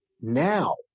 now